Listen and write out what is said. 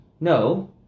No